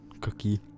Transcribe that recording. Cookie